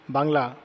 Bangla